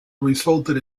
resulted